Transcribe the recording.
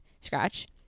Scratch